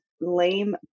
lame